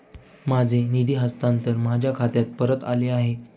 माझे निधी हस्तांतरण माझ्या खात्यात परत आले आहे